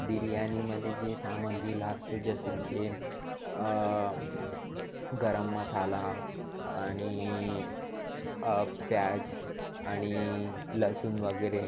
बिर्याणीमध्ये जे सामग्री लागतो जसं के गरम मसाला अणि प्याज अणि लसूण वगैरे